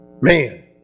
Man